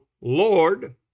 Lord